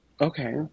Okay